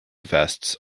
vests